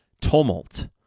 Tumult